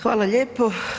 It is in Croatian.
Hvala lijepo.